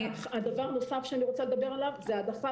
דבר נוסף שאני רוצה לדבר עליו זה העדפה